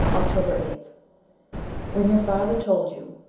october eighth when your father told you,